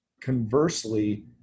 Conversely